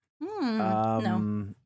no